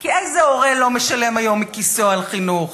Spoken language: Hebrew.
כי איזה הורה לא משלם היום מכיסו על חינוך?